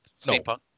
Steampunk